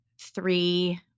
three